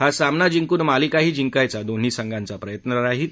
हा सामना जिंकून मालिकाही जिंकण्याचा दोन्ही संघांचा प्रयत्न राहील